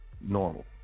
normal